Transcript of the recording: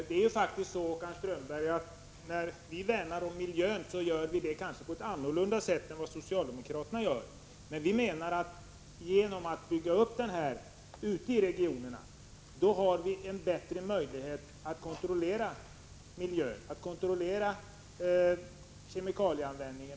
Fru talman! När vi värnar om miljön, Håkan Strömberg, gör vi det kanske på ett annat sätt än vad socialdemokraterna gör. Vi menar att genom att bygga upp verksamheten ute i regionerna skapas bättre möjligheter att kontrollera kemikalieanvändningen.